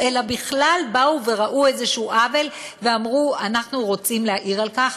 אלא בכלל באו וראו איזשהו עוול ואמרו: אנחנו רוצים להעיר על כך,